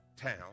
town